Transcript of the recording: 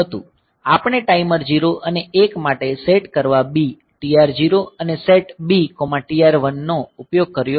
આપણે ટાઈમર 0 અને 1 માટે સેટ કરવા B TR0 અને સેટ B TR1 નો ઉપયોગ કર્યો છે